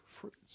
fruits